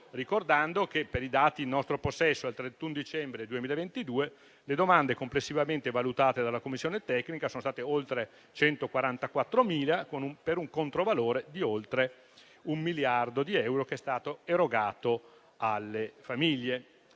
ricordando che, per i dati in nostro possesso al 31 dicembre 2022, le domande complessivamente valutate dalla commissione tecnica sono state oltre 144.000, per un controvalore di oltre un miliardo di euro erogato alle famiglie.